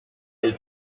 del